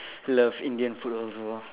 love Indian food also